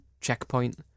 checkpoint